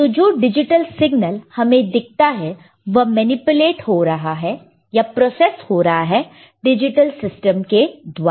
तो जो digital signal हमें दिखता है वह मैनिपुलेट हो रहा है या प्रोसेस हो रहा है डिजिटल सिस्टम के द्वारा